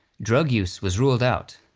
drug use was ruled out,